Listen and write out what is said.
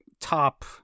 top